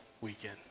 weekend